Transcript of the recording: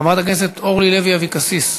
חבר הכנסת אוסאמה סעדי,